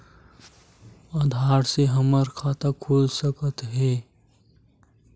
आधार से हमर खाता खुल सकत हे?